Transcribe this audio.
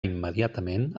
immediatament